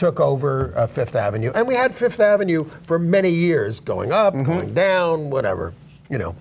took over a th avenue and we had th avenue for many years going up and going down whatever you know